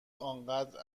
آنقدر